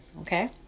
okay